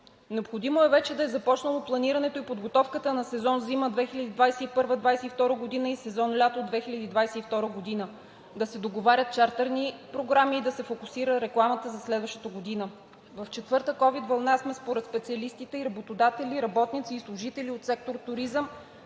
Необходимо е вече да е започнало планирането и подготовката на сезон зима 2021 – 2022 г. и сезон лято 2022 г., да се договарят чартърни програми и да се фокусира рекламата за следващата година. В четвърта ковид вълна сме и според специалистите работодатели, работници и служители от сектор „Туризъм“